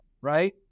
right